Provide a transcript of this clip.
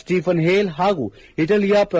Stephen Hale ಹಾಗೂ ಇಟೆಲಿಯ pro